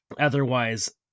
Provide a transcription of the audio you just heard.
otherwise